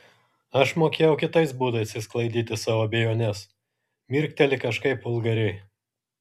aš mokėjau kitais būdais išsklaidyti savo abejones mirkteli kažkaip vulgariai